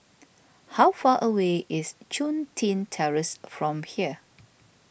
how far away is Chun Tin Terrace from here